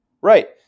Right